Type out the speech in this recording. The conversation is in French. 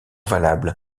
valables